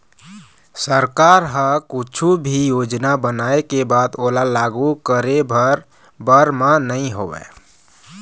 सरकार ह कुछु भी योजना बनाय के बाद ओला लागू करे भर बर म नइ होवय